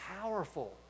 powerful